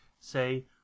say